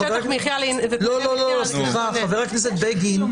שטח מחיה --- סליחה, חבר הכנסת בגין,